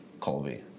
Colby